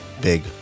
big